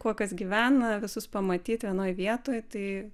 kuo kas gyvena visus pamatyt vienoj vietoj tai